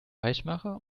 weichmacher